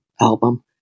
album